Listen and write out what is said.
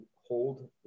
hold